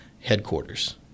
headquarters